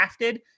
crafted